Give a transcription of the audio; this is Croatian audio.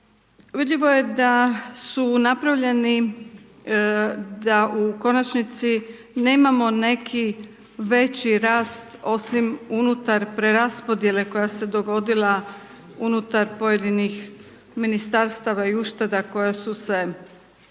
Vidljivo je da su napravljeni da u konačnici nemamo neki veći rast osim unutar preraspodjele koja se dogodila unutar pojedinih ministarstva i ušteda koja su se